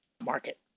market